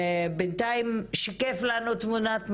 בינתיים שיקף לנו תמונת מצב,